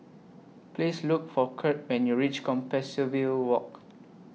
Please Look For Curt when YOU REACH Compassvale Walk